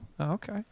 Okay